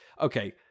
okay